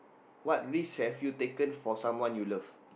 what risk have you taken for someone you love